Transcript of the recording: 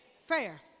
fair